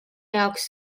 jaoks